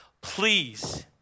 Please